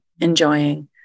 enjoying